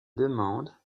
demande